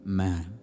man